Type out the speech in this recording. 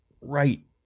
right